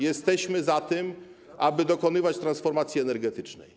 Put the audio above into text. Jesteśmy za tym, aby dokonywać transformacji energetycznej.